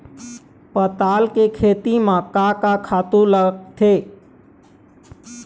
पताल के खेती म का का खातू लागथे?